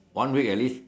one week at least